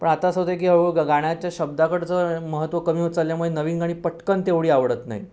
पण आता असं होत आहे की हळूहळू ग गाण्याच्या शब्दाकडचं महत्त्व कमी होत चालल्यामुळे नवीन गाणी पट्कन तेवढी आवडतं नाही